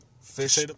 fish